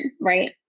right